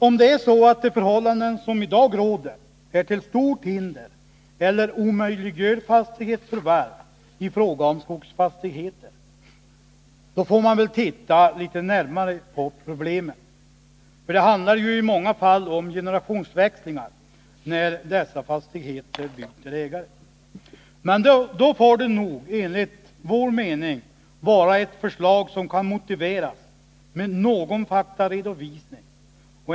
Om de förhållanden som i dag råder är till stort hinder för eller omöjliggör fastighetsförvärv i fråga om skogsfastigheter, får man väl titta litet närmare på problemen. Det handlar i många fall om generationsväxlingar, när dessa fastigheter byter ägare. Men då bör det enligt vår mening läggas fram ett förslag som kan motiveras med någon faktaredovisning.